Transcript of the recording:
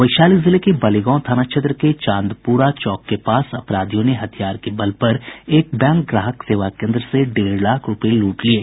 वैशाली जिले के वलिगांव थाना क्षेत्र के चांदपुरा चौक के पास अपराधियों ने हथियार के बल पर एक बैंक ग्राहक सेवा केन्द्र से डेढ़ लाख रूपये लूट लिये